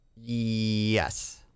Yes